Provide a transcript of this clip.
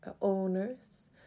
owners